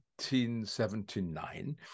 1979